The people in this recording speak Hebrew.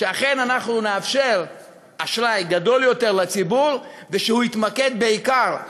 שאכן אנחנו נאפשר אשראי גדול יותר לציבור ושהוא יתמקד בעיקר,